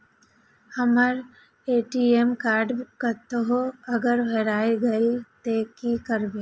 हमर ATM card कतहो अगर हेराय गले ते की करबे?